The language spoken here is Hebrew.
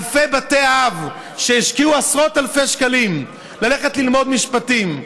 אלפי בתי אב שהשקיעו עשרות אלפי שקלים בלימודי משפטים,